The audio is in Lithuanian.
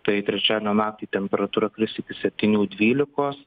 tai trečiadienio naktį temperatūra kris iki septynių dvylikos